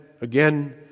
again